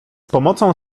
pomocą